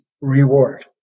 reward